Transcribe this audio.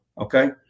Okay